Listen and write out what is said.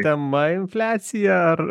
tema infliacija ar